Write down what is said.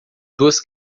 duas